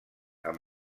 amb